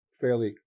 fairly